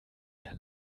der